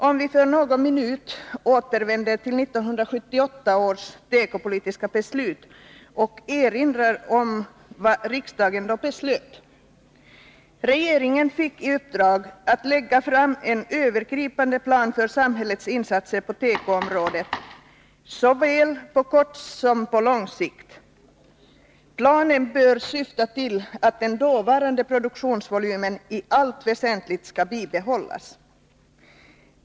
Låt oss för någon minut återvända till 1978 års tekopolitiska beslut och erinra om vad riksdagen då beslöt: Regeringen fick i uppdrag att lägga fram en övergripande plan för samhällets insatser på tekoområdet såväl på kort som på lång sikt. Planen bör syfta till att den dåvarande produktionsvolymen i allt väsentligt skall bibehållas.